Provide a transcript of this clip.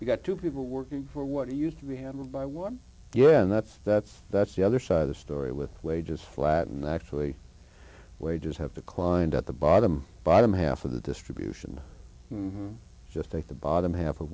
we got two people working for what used to be handled by one yeah and that's that's that's the other side of the story with wages flat and actually wages have declined at the bottom bottom half of the distribution just take the bottom half of